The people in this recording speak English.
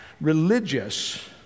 religious